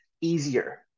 easier